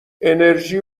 انِرژی